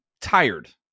tired